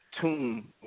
tune